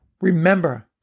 Remember